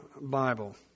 Bible